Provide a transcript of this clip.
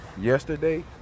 yesterday